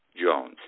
Jones